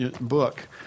book